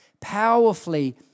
powerfully